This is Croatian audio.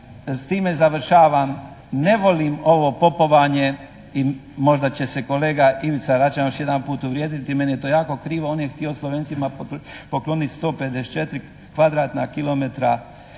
s time završavam. Ne volim ovo popovanje i možda će se kolega Ivica Račan još jedanputa uvrijediti. Meni je to jako krivo, on je htio Slovencima pokloniti 154 km2